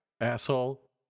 asshole